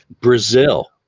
Brazil